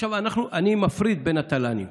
אני מפריד בין התל"נים.